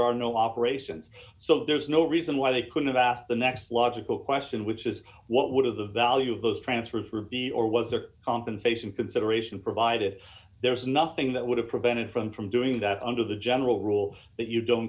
are no operations so there's no reason why they couldn't of asked the next logical question which is what is the value of those transfers for b or was there compensation consideration provided there's nothing that would have prevented from from doing that under the general rule that you don't